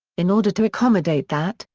in order to accommodate that,